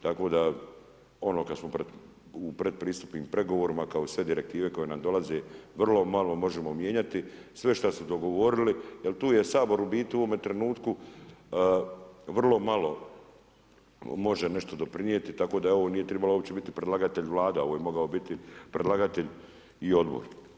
Tako da, ono kad smo u predpristupnim pregovorima kao sve direktive koje nam dolaze, vrlo malo možemo mijenjati, sve što su dogovorili jer tu je Sabor u biti, u ovome trenutku vrlo malo može nešto doprinijeti tako da ovo nije trebalo uopće biti predlagatelj Vlada, ovo je mogao biti predlagatelj i Odbor.